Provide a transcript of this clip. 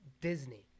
Disney